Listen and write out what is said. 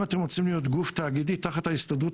אם אתם רוצים להיות גוף תאגידי תחת ההסתדרות